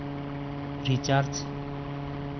recharge